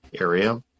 area